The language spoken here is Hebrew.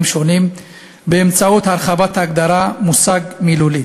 שונים באמצעות הרחבת ההגדרה של המושג "אלימות מילולית".